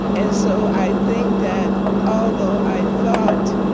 and so i think that although i thought